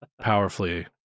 powerfully